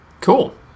Cool